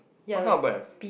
what kind of bird have